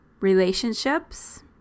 relationships